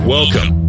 Welcome